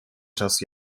czas